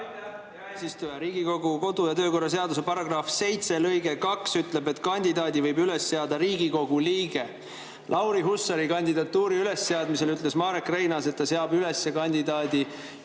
eesistuja! Riigikogu kodu- ja töökorra seaduse § 7 lõige 2 ütleb, et kandidaadi võib üles seada Riigikogu liige. Lauri Hussari kandidatuuri ülesseadmisel ütles Marek Reinaas, et ta seab kandidaadi